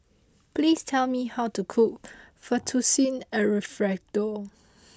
please tell me how to cook Fettuccine Alfredo